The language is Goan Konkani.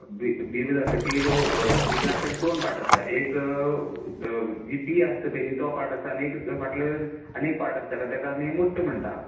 बीब बिबो जातकीत बिब्याक तेका दोन पार्ट आसतात एक बी आसता पळय नी तो पार्ट आसता आनी एक फाटले आनी एक पार्ट आसता ताका आमी म्हुट्टो म्हणटा